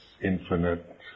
infinite